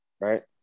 right